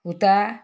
সূতা